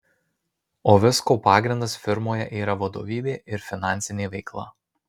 o visko pagrindas firmoje yra vadovybė ir finansinė veikla